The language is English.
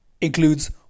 includes